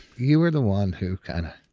you were the one who kind of.